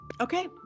Okay